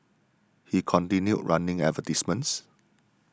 he continued running advertisements